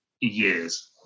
years